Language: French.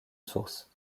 source